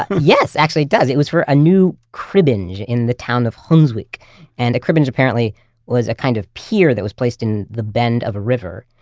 yes, actually it does. it was for a new cribbage in the town of honswijk and a cribbage apparently was a kind of pier that was placed in the bend of a river.